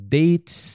dates